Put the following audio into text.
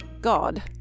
God